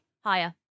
Higher